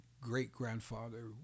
great-grandfather